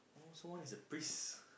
this one is a breeze